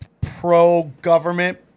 pro-government